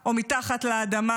או מתחת לאדמה